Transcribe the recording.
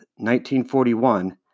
1941